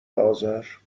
آذر